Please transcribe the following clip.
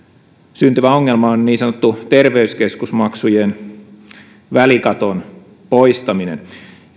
syntyvä ongelma on niin sanottu terveyskeskusmaksujen välikaton poistaminen